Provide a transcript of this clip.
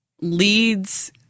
leads